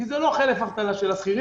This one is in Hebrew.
כי זה לא חלף אבטלה של השכירים,